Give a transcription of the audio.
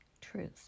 truth